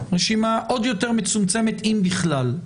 רשימה עוד יותר מצומצמת, אם בכלל.